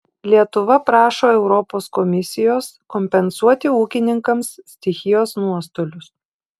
lietuva prašo europos komisijos kompensuoti ūkininkams stichijos nuostolius